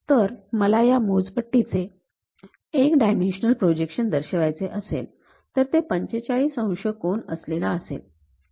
तर मला जर या मोजपट्टी चे 1 डायमेन्शनल प्रोजेक्शन दर्शवायचे असेल तर ते ४५ अंश कोन असलेला असेल